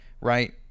right